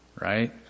right